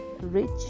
rich